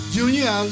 Junior